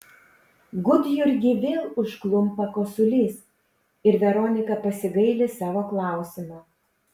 gudjurgį vėl užklumpa kosulys ir veronika pasigaili savo klausimo